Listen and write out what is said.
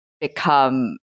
become